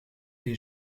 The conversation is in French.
les